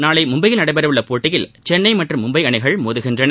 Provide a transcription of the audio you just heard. நாளை மும்பையில் நடைபெறவுள்ள போட்டியில் சென்னை மற்றும் மும்பை அணிகள் மோதுகின்றன